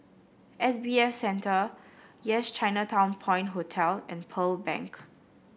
S B F Center Yes Chinatown Point Hotel and Pearl Bank